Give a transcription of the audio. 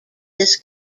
this